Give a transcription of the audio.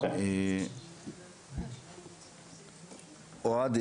אוהד,